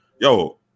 yo